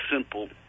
simple